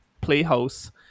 playhouse